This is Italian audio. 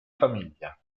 famiglia